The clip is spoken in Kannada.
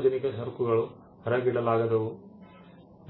ಸಾರ್ವಜನಿಕ ಸರಕುಗಳು ಹೊರಗಿಡಲಾಗದವು